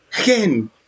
again